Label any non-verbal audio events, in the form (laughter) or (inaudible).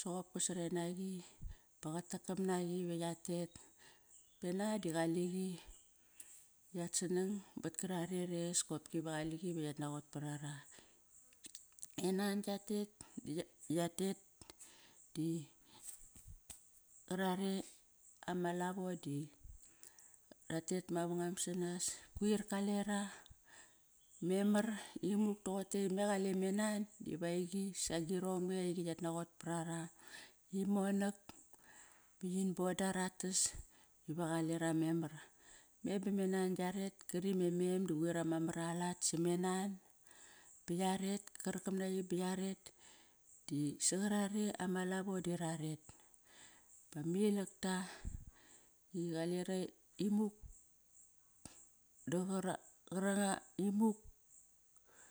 Soqop ka saren naqi ba qatakam naqi va yatet. E nan di qaliqi at sanang ba qarare re qopki va qaliqi va yat naqot parara, e nan gia tet (unintelligible) da yatet di qarare ama lavo di ratet mavangam sonas. Kuir kalera memar imuk doqote me qale me nan diva eiqi sagirong me. Eiqi yat naqot parara qi monak ba yin boda ratas va qalera memar. Me bame nan giaret, kari ba me mem da quir ama mar alat same nan ba yaret. Ka rakam naqi ba yaret di saqarare ama lavo di raret bama ilakta i qalera imuk. (unintelligible)